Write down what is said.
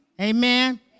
Amen